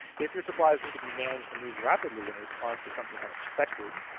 if your supplies need to be managed and moved rapidly in response to something unexpected,